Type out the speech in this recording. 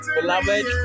Beloved